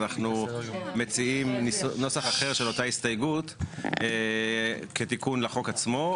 אנו מציעים נוסח אחר של אותה הסתייגות כתיקון לחוק עצמו,